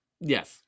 Yes